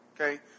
okay